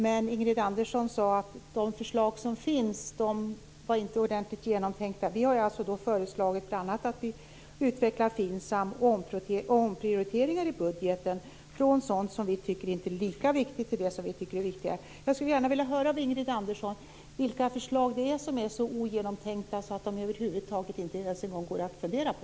Men Ingrid Andersson sade att de förslag som finns inte var ordentligt genomtänkta. Vi i Folkpartiet har bl.a. föreslagit att man skall utveckla FINSAM och göra omprioriteringar i budgeten från sådant som vi inte tycker är lika viktigt till det som vi tycker är viktigare. Jag vill gärna höra av Ingrid Andersson vilka förslag det är som är så ogenomtänkta att de över huvud taget inte går att fundera på.